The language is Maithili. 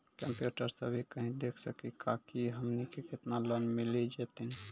कंप्यूटर सा भी कही देख सकी का की हमनी के केतना लोन मिल जैतिन?